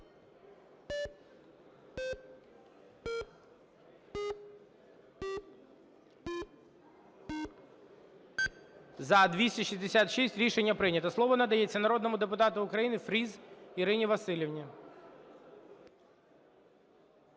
За-266 Рішення прийнято. Слово надається народному депутату України Фріз Ірині Василівні.